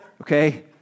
Okay